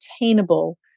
attainable